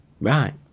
Right